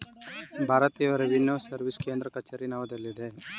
ಭಾರತೀಯ ರೆವಿನ್ಯೂ ಸರ್ವಿಸ್ನ ಕೇಂದ್ರ ಕಚೇರಿ ನವದೆಹಲಿಯಲ್ಲಿದೆ